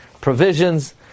provisions